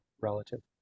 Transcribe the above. relative